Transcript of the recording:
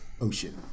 ocean